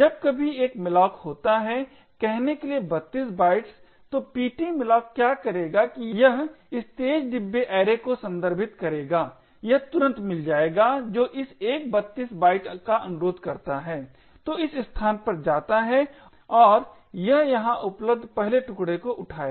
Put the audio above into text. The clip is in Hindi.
जब कभी एक malloc होता है कहने के लिए 32 बाइट्स तो PT malloc क्या करेगा कि यह इस तेज़ डिब्बे ऐरे को संदर्भित करेगा यह तुरंत मिल जाएगा जो इस एक 32 बाइट का अनुरोध करता है जो इस स्थान पर जाता है और यह यहां उपलब्ध पहले टुकडे को उठाएगा